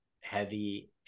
heavy